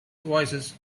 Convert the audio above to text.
voices